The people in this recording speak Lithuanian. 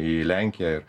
į lenkiją ir